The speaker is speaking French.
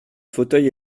fauteuil